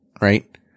right